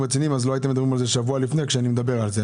לא הייתם מדברים על זה שבוע לפני כשאני מדבר על זה.